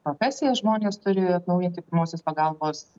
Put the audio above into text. profesijas žmonės turi atnaujinti pirmosios pagalbos